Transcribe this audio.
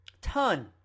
Ton